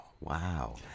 Wow